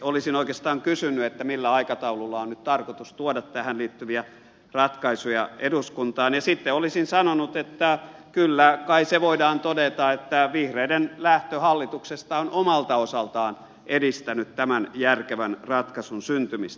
olisin oikeastaan kysynyt millä aikataululla on nyt tarkoitus tuoda tähän liittyviä ratkaisuja eduskuntaan ja sitten olisin sanonut että kyllä kai se voidaan todeta että vihreiden lähtö hallituksesta on omalta osaltaan edistänyt tämän järkevän ratkaisun syntymistä